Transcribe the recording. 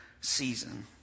season